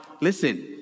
Listen